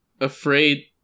afraid